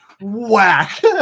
whack